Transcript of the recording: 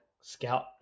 scout